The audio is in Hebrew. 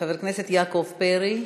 חבר הכנסת יעקב פרי,